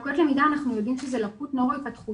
לקויות למידה אנחנו יודעים שזו לקות נוירו-התפתחותית,